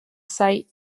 site